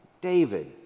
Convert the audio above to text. David